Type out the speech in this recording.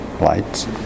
lights